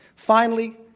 finally,